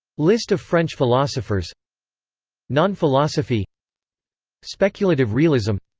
list of french philosophers non-philosophy speculative realism